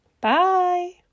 Bye